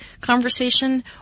conversation